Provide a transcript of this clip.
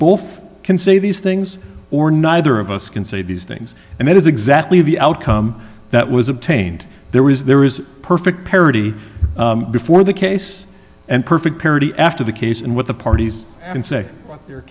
both can say these things or neither of us can say these things and that is exactly the outcome that was obtained there is there is perfect parity before the case and perfect parity after the case and what the parties can say the